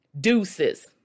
Deuces